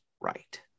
right